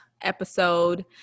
episode